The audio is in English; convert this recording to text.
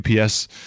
UPS